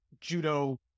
judo